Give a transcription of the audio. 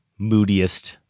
moodiest